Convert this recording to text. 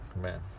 man